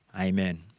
amen